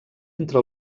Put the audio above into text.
entre